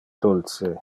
dulce